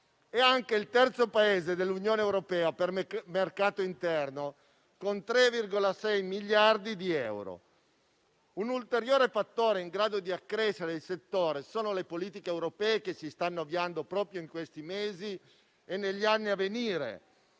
È anche il terzo Paese dell'Unione europea per mercato interno, con 3,6 miliardi di euro. Un ulteriore fattore in grado di accrescere il settore è rappresentato dalle politiche europee, che si stanno avviando proprio in questi mesi e negli anni a venire: